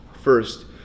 First